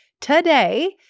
today